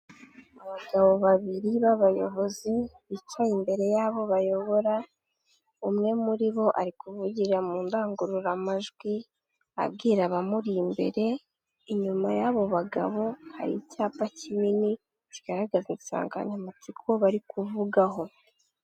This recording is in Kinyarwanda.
Abagabo babiri b'abayobozi, bicaye imbere y'abo bayobora, umwe muri bo ari kuvugira mu ndangururamajwi, abwira abamuri imbere, inyuma y'abo bagabo, hari icyapa kinini kigaragaza insanganyamatsiko bari kuvugaho.